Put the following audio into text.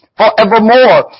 forevermore